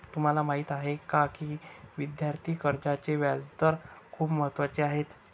तुम्हाला माहीत आहे का की विद्यार्थी कर्जाचे व्याजदर खूप महत्त्वाचे आहेत?